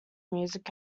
music